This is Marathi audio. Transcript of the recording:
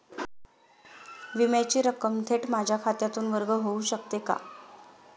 विम्याची रक्कम थेट माझ्या खात्यातून वर्ग होऊ शकते का?